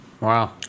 Wow